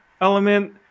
element